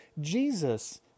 Jesus